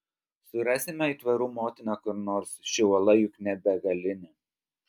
surasime aitvarų motiną kur nors ši uola juk ne begalinė